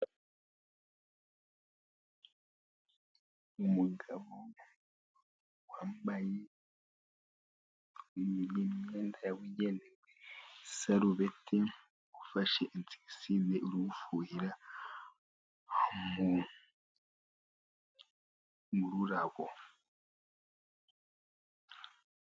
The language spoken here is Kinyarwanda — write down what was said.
Umugabo wambaye imyenda yabugenewe, isarubeti. ufashe insegitisidi, uri gufuhira mu rurabo.